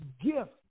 gift